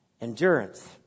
endurance